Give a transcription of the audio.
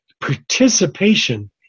participation